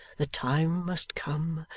the time must come,